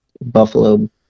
Buffalo